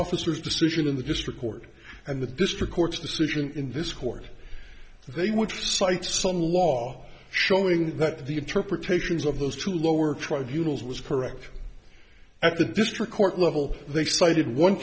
officers decision in the district court and the district court's decision in this court they which cite some law showing that the interpretations of those two lower tribunals was correct at the district court level they cited one